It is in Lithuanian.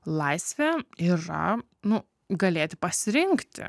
laisvė yra nuo galėti pasirinkti